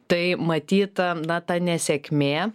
tai matyt na ta nesėkmė